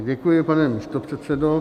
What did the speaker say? Děkuji, pane místopředsedo.